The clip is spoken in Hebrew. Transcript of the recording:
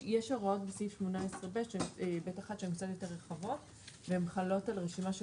יש הוראות בסעיף 18ב(1) שנותן הרחבות והן חלות על רשימה של